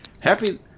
Happy